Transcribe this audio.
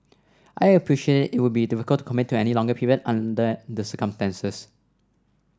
I appreciate it would be difficult to commit to any longer period under the circumstances